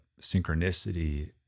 synchronicity